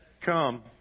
come